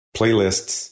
playlists